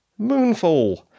Moonfall